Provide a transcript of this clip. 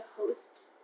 host